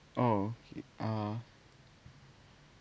oh okay ah